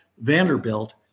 Vanderbilt